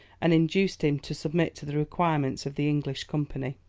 and induced him to submit to the requirements of the english company.